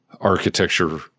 architecture